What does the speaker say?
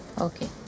okay